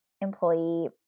employee